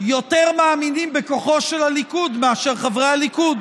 יותר מאמינים בכוחו של הליכוד מאשר חברי הליכוד.